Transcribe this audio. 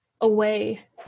away